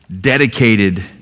dedicated